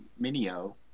Minio